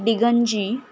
डिगंजी